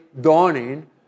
dawning